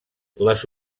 les